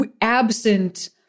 absent